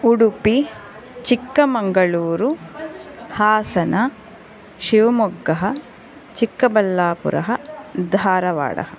उडुपि चिक्कमङ्गळूरु हासन शिवमोग्गः चिक्कबल्लापुरः धारवाड्